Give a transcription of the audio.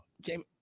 James